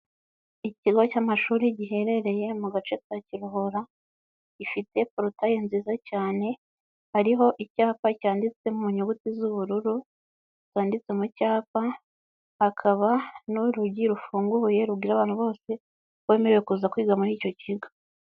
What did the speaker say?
Ikigo cy'amashuri giherereye mu gace ka Kiruhura gifite porotaye nziza cyane, hariho icyapa cyanditse mu nyuguti z'ubururu zanditse mu cyapa, hakaba n'urugi rufunguye rubwira abantu bose ko bemerewe kuza kwiga muri icyo kigo.